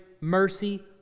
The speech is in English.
mercy